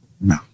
No